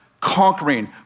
conquering